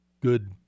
good